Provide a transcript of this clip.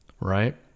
right